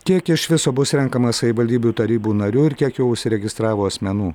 kiek iš viso bus renkama savivaldybių tarybų narių ir kiek jau užsiregistravo asmenų